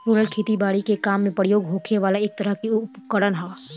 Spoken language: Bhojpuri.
रोलर खेती बारी के काम में प्रयोग होखे वाला एक तरह के उपकरण ह